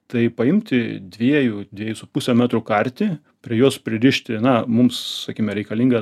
tai paimti dviejų dviejų su puse metrų kartį prie jos pririšti na mums sakime reikalinga